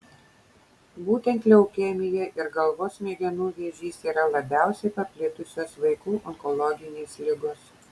būtent leukemija ir galvos smegenų vėžys yra labiausiai paplitusios vaikų onkologinės ligos